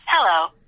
Hello